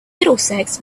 middlesex